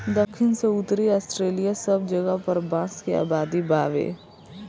दखिन से उत्तरी ऑस्ट्रेलिआ सब जगह पर बांस के आबादी बावे